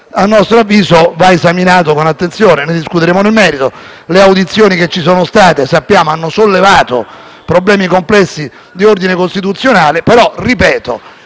a nostro avviso, va esaminato con attenzione. Ne discuteremo nel merito. Le audizioni che ci sono state hanno sollevato problemi complessi di ordine costituzionale però, ripeto,